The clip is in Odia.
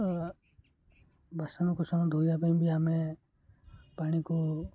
ବାସନକୁୁସନ ଧୋଇବା ପାଇଁ ବି ଆମେ ପାଣିକୁ